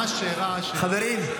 אוהד, חברים,